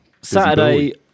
Saturday